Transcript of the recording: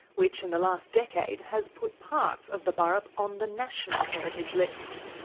which in the last decade has put parts of the burrup on the national heritage list.